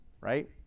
right